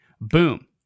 Boom